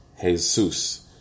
Jesus